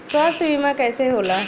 स्वास्थ्य बीमा कईसे होला?